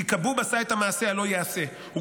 כי כבוב עשה את המעשה הלא-ייעשה: הוא